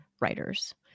writers